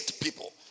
people